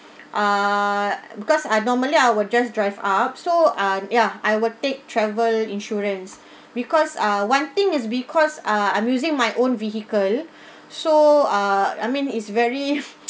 ah because I normally I would just drive up so um ya I would take travel insurance because ah one thing is because ah I'm using my own vehicle so ah I mean is very